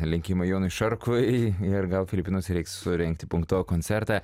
linkime jonui šarkui ir gal filipinuose reiks surengti punkto koncertą